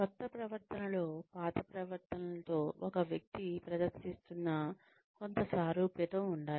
క్రొత్త ప్రవర్తనలో పాత ప్రవర్తనలతో ఒక వ్యక్తి ప్రదర్శిస్తున్న కొంత సారూప్యత ఉండాలి